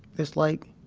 it's like,